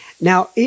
Now